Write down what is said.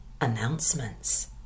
announcements